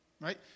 Right